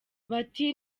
bati